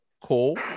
cool